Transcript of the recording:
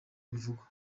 bivugwa